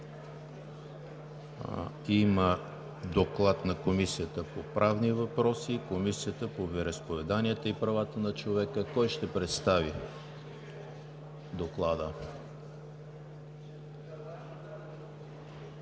Има доклад на Комисията по правни въпроси и Комисията по вероизповеданията и правата на човека. Кой ще представи доклада?